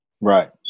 Right